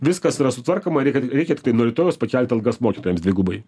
viskas yra sutvarkoma kad reikia reikia tiktai nuo rytojaus pakelti algas mokytojams dvigubai